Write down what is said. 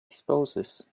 disposes